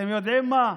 אתם יודעים מה?